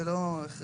זה לא הכרחי.